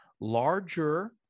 larger